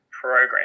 program